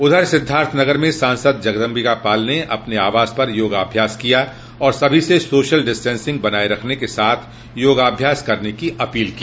उधर सिद्धार्थनगर में सांसद जगदम्बिकापाल ने अपने आवास पर योगाभ्यास किया तथा सभी से सोशल डिस्टेंसिंग बनाये रखने के साथ योगाभ्यास करने की अपील की